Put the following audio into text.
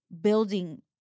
building